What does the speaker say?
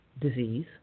disease